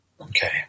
Okay